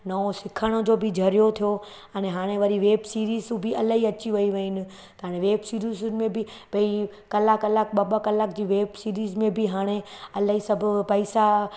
नओं सिखण जो बि ज़रियो थियो अने हाणे वरी वेब सीरीज़ू बि इलाही अची वयूं आहिनि त हाणे वेब सीरीज़ुनि में बि भई कलाक कलाक ॿ ॿ कलाक जी वेब सीरीज़ में बि हाणे इलाही सभु पैसा